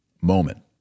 moment